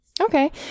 Okay